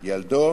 ילדו